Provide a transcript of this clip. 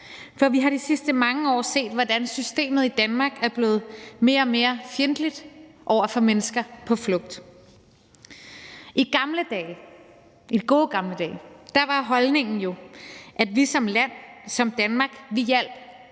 For vi har i de sidste mange år set, hvordan systemet i Danmark er blevet mere og mere fjendtligt over for mennesker på flugt. I gamle dage, i de gode, gamle dage, var holdningen jo den, at vi som land, som Danmark hjalp,